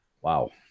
wow